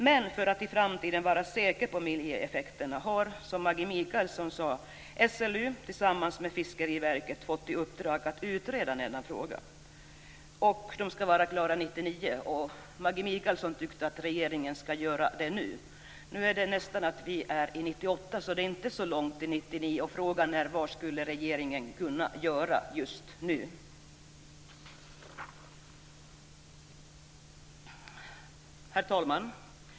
Men för att vi i framtiden skall vara säkra på miljöeffekterna har, som Maggi Mikaelsson också sade, SLU tillsammans med Fiskeriverket fått i uppdrag att utreda denna fråga. Man skall vara klar år 1999. Maggi Mikaelsson tyckte att regeringen skulle göra det här nu. Nu är vi nästan inne i 1998, och det är alltså inte så långt till 1999. Och frågan är: Vad skulle regeringen kunna göra just nu? Herr talman!